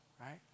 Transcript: right